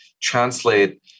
translate